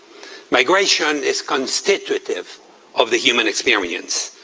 migration is constitutive of the human experience.